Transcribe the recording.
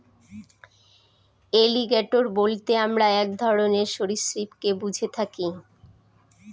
alligator বলতে আমরা এক ধরনের সরীসৃপকে বুঝে থাকি